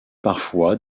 parfois